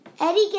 Eddie